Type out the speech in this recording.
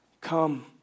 Come